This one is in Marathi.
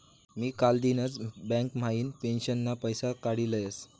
मी कालदिनच बँक म्हाइन पेंशनना पैसा काडी लयस